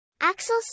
Axel